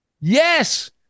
Yes